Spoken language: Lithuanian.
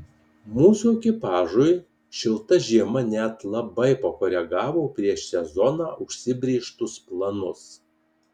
mūsų ekipažui šilta žiema net labai pakoregavo prieš sezoną užsibrėžtus planus